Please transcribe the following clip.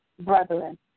brethren